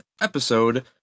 episode